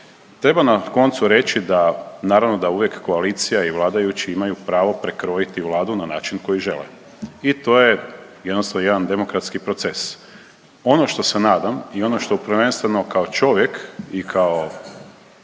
Treba na koncu reći da, naravno da uvijek koalicija i vladajući imaju pravo prekrojiti Vladu na način koji žele i to je jednostavno jedan demokratski proces. Ono što se nadam i ono što prvenstveno kao čovjek i kao